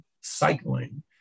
cycling